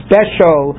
special